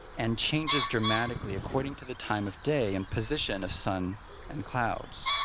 and changes dramatically according to the time of day and position of sun and clouds.